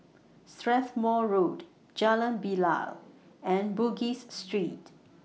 Strathmore Road Jalan Bilal and Bugis Street